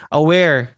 aware